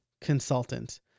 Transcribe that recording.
consultant